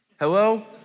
Hello